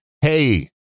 Hey